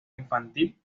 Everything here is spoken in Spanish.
infantil